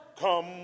Come